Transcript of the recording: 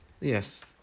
Yes